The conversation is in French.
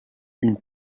une